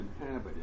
inhabited